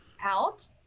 out